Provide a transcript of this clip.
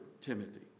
Timothy